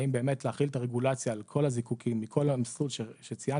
האם באמת להחיל את הרגולציה על כל הזיקוקין מכל המסלול שציינתי,